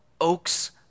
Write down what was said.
oaks